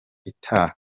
itaha